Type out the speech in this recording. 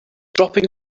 dropping